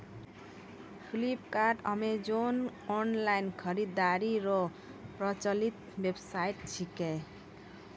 Flipkart Amazon online खरीदारी रो प्रचलित वेबसाइट छिकै